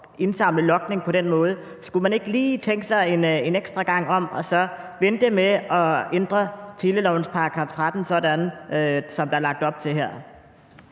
at indsamle logning på den måde. Skulle man ikke lige tænke sig en ekstra gang om og så vente med at ændre telelovens § 13, sådan som der er lagt op til her?